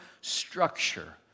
structure